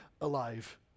alive